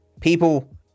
people